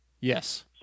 Yes